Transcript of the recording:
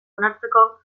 onartzeko